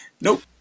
nope